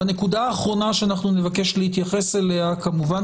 והנקודה האחרונה שאנחנו נבקש להתייחס אליה כמובן